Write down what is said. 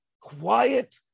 Quiet